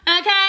Okay